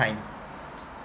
time